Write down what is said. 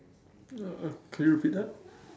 uh could you repeat that